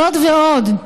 זאת ועוד,